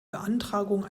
beantragung